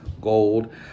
gold